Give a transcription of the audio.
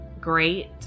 great